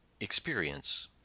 experience